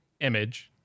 image